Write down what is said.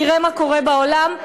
תראה מה קורה בעולם.